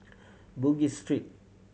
Bugis Street